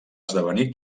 esdevenir